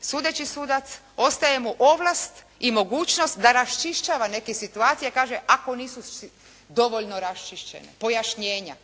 sudeći sudac ostaje mu ovlast i mogućnost da raščišćava neke situacije, kaže ako nisu dovoljno raščišćene pojašnjenja.